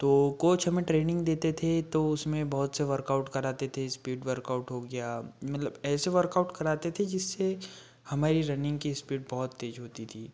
तो कोच हमें ट्रेनिंग देते थे तो उसमें बहुत से वर्कआउट कराते थे इस्पीड वर्कआउट हो गया मतलब ऐसे वर्कआउट कराते थे जिससे हमारी रनिंग की इस्पीड बहुत तेज़ होती थी